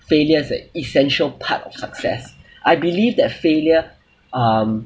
failure is an essential part of success I believe that failure um